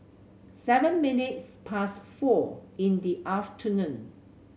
seven minutes past four in the afternoon